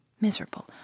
Miserable